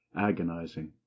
agonizing